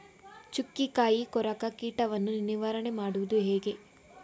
ಚುಕ್ಕಿಕಾಯಿ ಕೊರಕ ಕೀಟವನ್ನು ನಿವಾರಣೆ ಮಾಡುವುದು ಹೇಗೆ?